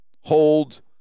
hold